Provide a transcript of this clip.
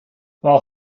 well